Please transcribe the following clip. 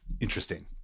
interesting